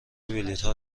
بلیتها